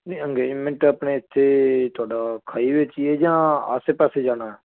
ਨਹੀਂ ਅੰਗੇਜ਼ਮੈਂਟ ਆਪਣੇ ਇੱਥੇ ਤੁਹਾਡਾ ਖਾਈਵੇਅ 'ਚ ਹੀ ਹੈ ਜਾਂ ਆਸੇ ਪਾਸੇ ਜਾਣਾ